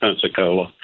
Pensacola